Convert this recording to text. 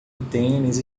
tênis